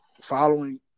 following